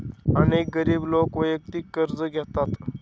अनेक गरीब लोक वैयक्तिक कर्ज घेतात